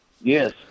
Yes